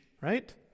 Right